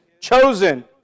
chosen